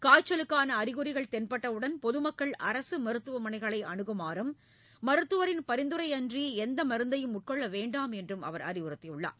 காய்ச்சலுக்கான அறிகுறிகள் தெள்பட்டவுடள் பொதுமக்கள் அணுகமாறும் மருத்துவரின் பரிந்துரையின்றி எந்த மருந்தையும் உட்கொள்ள வேண்டாம் என்றும் அவர் அறிவுறுத்தியுள்ளார்